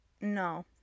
no